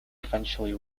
eventually